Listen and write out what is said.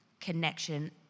connection